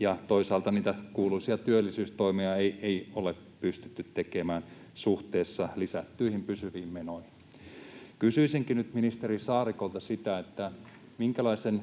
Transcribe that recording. ja toisaalta niitä kuuluisia työllisyystoimia ei ole pystytty tekemään suhteessa lisättyihin pysyviin menoihin. Kysyisinkin nyt ministeri Saarikolta: minkälaisen